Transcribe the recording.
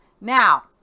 Now